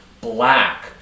black